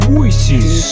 Voices